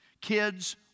Kids